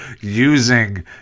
using